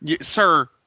Sir